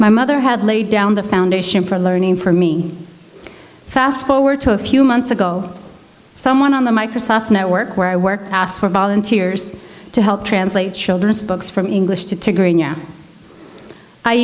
my mother had laid down the foundation for learning for me fast forward to a few months ago someone on the microsoft network where i work asked for volunteers to help translate children's books from english to to